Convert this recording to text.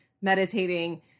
meditating